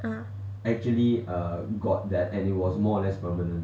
ah